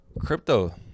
crypto